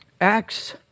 Acts